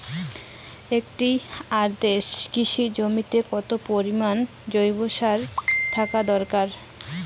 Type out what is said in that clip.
একটি আদর্শ কৃষি জমিতে কত পরিমাণ জৈব সার থাকা দরকার?